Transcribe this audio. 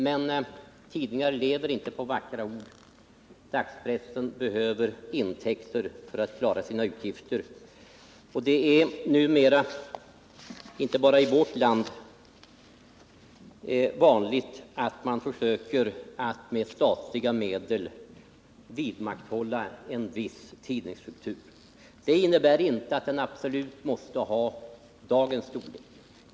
Men tidningar lever inte på vackra ord. Dagspressen behöver intäkter för att klara sina utgifter. Det är numera inte bara i vårt land vanligt att man med statliga medel försöker vidmakthålla en viss tidningsstruktur. Det innebär inte att den absolut måste ha dagens storlek.